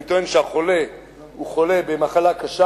אני טוען שהחולה הוא חולה במחלה קשה.